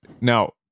now